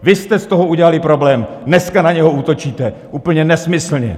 Vy jste z toho udělali problém, dneska na něj útočíte úplně nesmyslně.